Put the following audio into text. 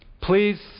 please